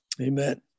Amen